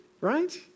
right